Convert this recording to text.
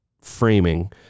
framing